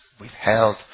withheld